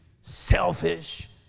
selfish